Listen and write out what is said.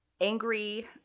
angry